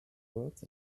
words